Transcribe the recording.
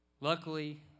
luckily